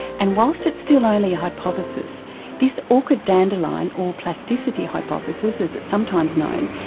and whilst it's still only a hypothesis this orchid dandelion or plasticity hypothesis as it's sometimes known,